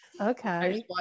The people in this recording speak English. okay